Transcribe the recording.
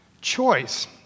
Choice